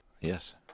Yes